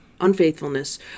unfaithfulness